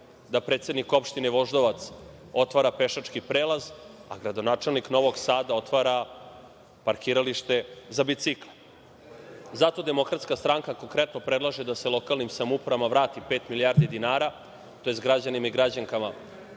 da predsednik opštine Voždovac otvara pešački prelaz, a gradonačelnik Novog Sada otvara parkiralište za bicikle. Zato DS konkretno predlaže da se lokalnim samoupravama vrati pet milijardi dinara, tj. građanima i građankama